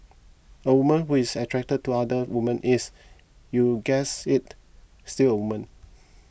a woman who is attracted to other women is you guessed it still a woman